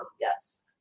Yes